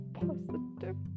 positive